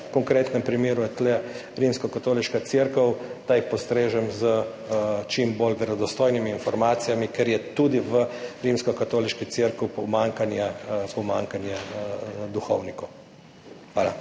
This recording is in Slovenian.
v konkretnem primeru je tu Rimokatoliška cerkev, da jih postrežem s čim bolj verodostojnimi informacijami, ker je tudi v Rimokatoliški cerkvi pomanjkanje duhovnikov. Hvala.